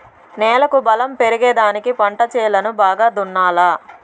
నేలకు బలం పెరిగేదానికి పంట చేలను బాగా దున్నాలా